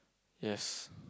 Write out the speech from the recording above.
yes